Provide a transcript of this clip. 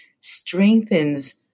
strengthens